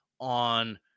on